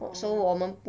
orh